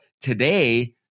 today